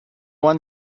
one